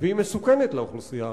והיא מסוכנת לאוכלוסייה הערבית.